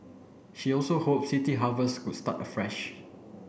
she also hoped City Harvest could start afresh